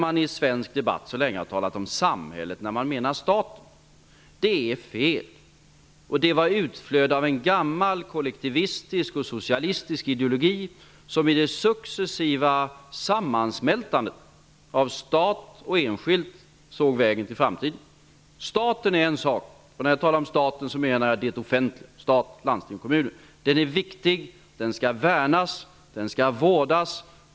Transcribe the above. I den svenska debatten har man så länge talat om samhället när man menar staten. Det är fel. Det var ett utflöde av en gammal kollektivistisk och socialistisk ideologi som i det successiva sammansmältandet av stat och enskilt såg vägen till framtiden. Staten är en sak -- och när jag talar om staten menar jag det offentliga, stat landsting och kommuner. Den är viktig. Den skall värnas och vårdas.